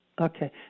Okay